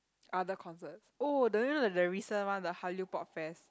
other concerts oh do you know the the recent one the hallyu pop fest